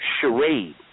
charade